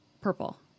Purple